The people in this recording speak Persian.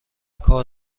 کار